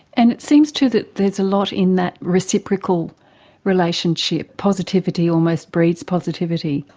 and it seems too that there's a lot in that reciprocal relationship positivity almost breeds positivity.